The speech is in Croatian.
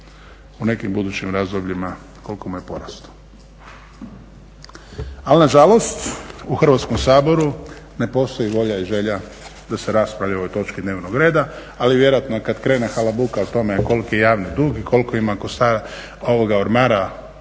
u nekim budućim razdobljima, koliko mu je porastao. Ali nažalost, u Hrvatskom saboru ne postoji volja i želja da se raspravlja o ovoj točki dnevnog reda, ali vjerojatno kad krene halabuka o tome koliki je javni dug i koliko ima kostura u ormaru,